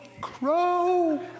Crow